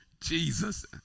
Jesus